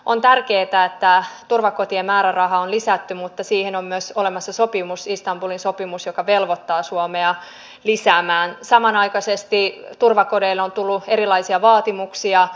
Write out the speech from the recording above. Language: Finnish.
on tärkeetä ettään turvakotien määräraha on lisätty mutta täällä on hyvänä asiana huomioitu se että kristillisten koulujen kerhotoimintaan on määräraha osoitettu